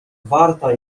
warta